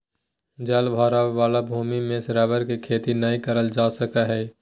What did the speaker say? जल भराव वाला भूमि में रबर के खेती नय करल जा सका हइ